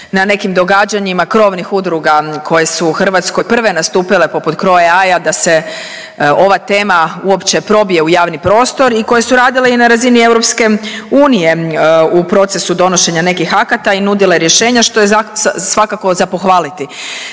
na nekim događanjima krovnih udruga koje su u Hrvatskoj prve nastupile poput CROAL-a da se ova tema uopće probije u javni prostor i koje su radile i na razini EU u procesu donošenja nekih akata i nudile rješenja što je svakako za pohvaliti.